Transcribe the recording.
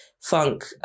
funk